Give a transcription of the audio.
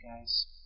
guys